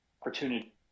opportunity